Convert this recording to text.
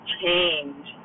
change